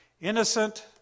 Innocent